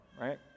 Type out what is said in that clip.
right